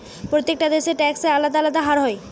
প্রত্যেকটা দেশে ট্যাক্সের আলদা আলদা হার হয়